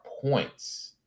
points